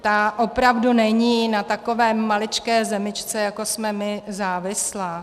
Ta opravdu není na takové maličké zemičce, jako jsme my, závislá.